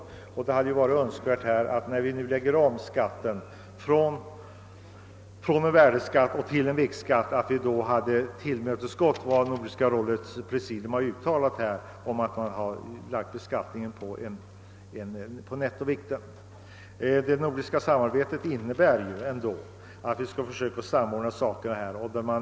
Det hade emellertid varit önskvärt att vi, när skatten nu läggs om från värdeskatt till viktskatt, hade tillmötesgått Nordiska rådets presidiums önskan och beräknat beskattningen efter nettovikten. Det nordiska samarbetet innebär ju ändå att vi skall försöka samordna bestämmelserna.